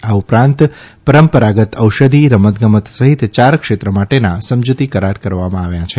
આ ઉપરાંત પરંપરાગત ઔષધિ રમતગમત સહિત યાર ક્ષેત્ર માટેના સમજૂતી કરાર કરવામાં આવ્યા છે